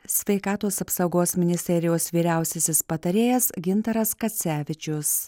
sveikatos apsaugos ministerijos vyriausiasis patarėjas gintaras kacevičius